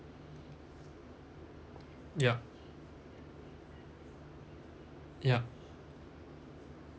yeah yeah